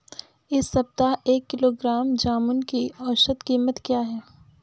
इस सप्ताह एक किलोग्राम जामुन की औसत कीमत क्या है?